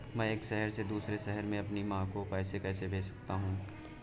मैं एक शहर से दूसरे शहर में अपनी माँ को पैसे कैसे भेज सकता हूँ?